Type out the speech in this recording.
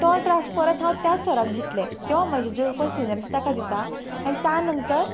तो ड्राफ्ट परत हांव त्या सराक दितलें किंवां म्हजो जो कोण सिनीयर आसा ताका दिता आनी त्या नंतर